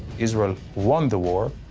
israel won the war,